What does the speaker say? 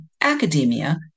academia